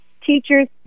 teachers